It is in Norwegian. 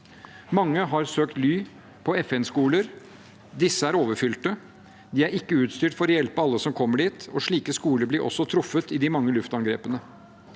Mange har søkt ly på FN-skoler. Disse er overfylte. De er ikke utstyrt for å hjelpe alle som kommer dit, og slike skoler blir også truffet i de mange luftangrepene.